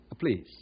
Please